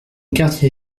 quartier